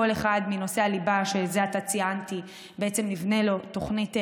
לכל אחד מנושאי הליבה שזה עתה ציינתי נבנה תוכנית עבודה,